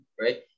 right